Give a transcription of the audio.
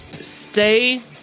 stay